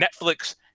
Netflix